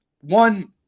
One